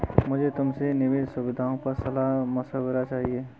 मुझे तुमसे निवेश सुविधाओं पर सलाह मशविरा चाहिए